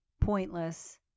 pointless